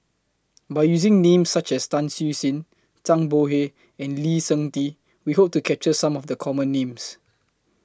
By using Names such as Tan Siew Sin Zhang Bohe and Lee Seng Tee We Hope to capture Some of The Common Names